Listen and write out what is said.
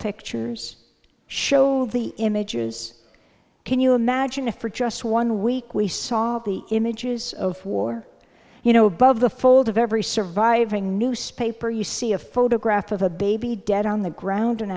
pictures show the images can you imagine if for just one week we saw the images of war you know above the fold of every surviving newspaper you see a photograph of a baby dead on the ground